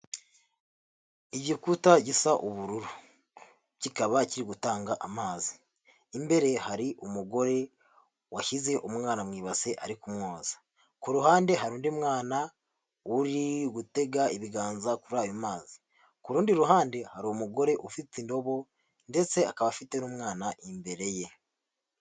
Igikuta gisa ubururu. Kikaba kiri gutanga amazi. Imbere hari umugore washyize umwana mu ibasi ari kumwoza. Ku ruhande hari undi mwana uri gutega ibiganza kuri ayo mazi. Ku rundi ruhande hari umugore ufite indobo ndetse akaba afite n'umwana imbere ye.